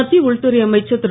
மத்திய உள்துறை அமைச்சர் திரு